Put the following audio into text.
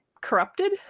corrupted